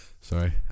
Sorry